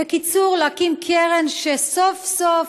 בקיצור, להקים קרן שסוף-סוף,